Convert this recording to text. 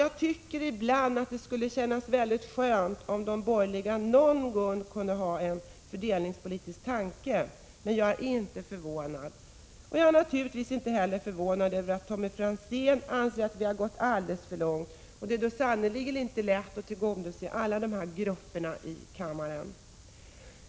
Jag tycker att det skulle kännas väldigt skönt om de borgerliga någon gång kunde ha en fördelningspolitisk tanke bakom sina förslag. Men jag är inte förvånad. Jag är naturligtvis inte heller förvånad över att Tommy Franzén anser att vi har gått alldeles för långt. Det är sannerligen inte lätt att tillgodose alla grupper i kammaren.